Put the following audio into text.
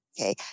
okay